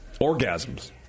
Orgasms